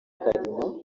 kalima